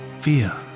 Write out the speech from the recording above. fear